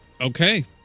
Okay